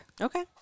okay